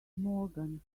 morgan